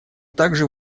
также